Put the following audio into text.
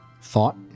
thought